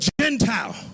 Gentile